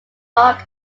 rock